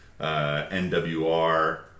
NWR